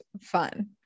fun